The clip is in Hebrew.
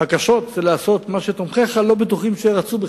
והקשות זה לעשות מה שתומכיך לא בטוחים שרצו בכלל.